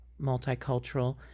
multicultural